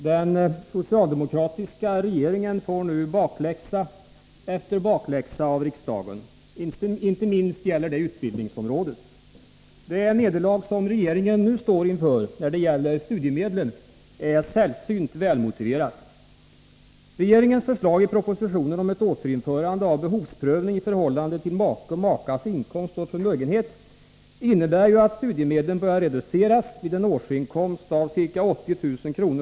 Herr talman! Den socialdemokratiska regeringen får nu bakläxa efter bakläxa av riksdagen. Inte minst gäller det utbildningsområdet. Det nederlag som regeringen nu står inför när det gäller studiemedlen är sällsynt välmotiverat. Regeringens förslag i propositionen om ett återinförande av behovsprövning i förhållande till make/makas inkomst och förmögenhet innebär att studiemedlen börjar reduceras vid en årsinkomst av ca 80 000 kr.